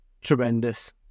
Tremendous